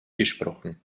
gesprochen